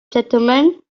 gentlemen